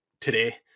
today